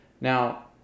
Now